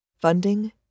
funding